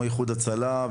כמו ׳איחוד הצלה׳,